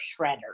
shredder